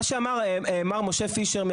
מה שאמר מר משה פישר,